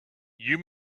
you